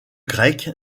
grecque